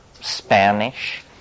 Spanish